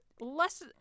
less